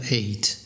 eight